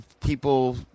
people